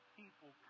people